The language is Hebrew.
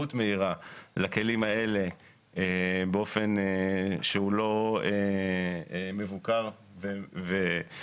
הדרדרות מהירה לכלים האלה באופן שהוא לא מבוקר ומתאים.